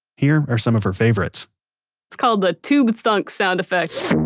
here are some of her favorites it's called the tube thunk sound effect.